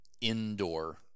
indoor